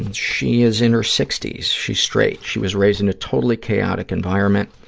and she is in her sixty s. she's straight. she was raised in a totally chaotic environment.